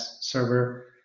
server